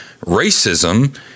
Racism